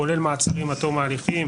כולל מעצרים עד תום ההליכים,